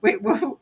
Wait